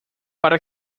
para